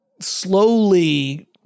slowly